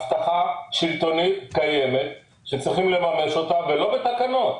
צריך לממש הבטחה שלטונית קיימת, ולא בתקנות.